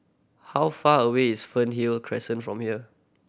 how far away is Fernhill Crescent from here